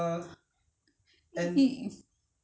通常是放酱清 lor